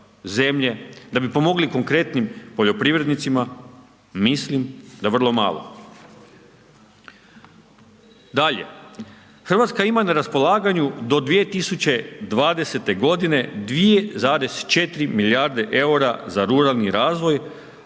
da bi pomogli konkretnim poljoprivrednicima? Mislim da vrlo malo. Dalje. Hrvatska ima na raspolaganju do 2020. godine 2,4 milijarde eura za ruralni razvoj,